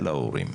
ולהורים.